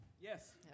Yes